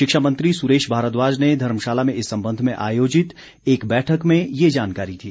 शिक्षा मंत्री सुरेश भारद्वाज ने धर्मशाला में इस संबंध में आयोजित एक बैठक में ये जानकारी दी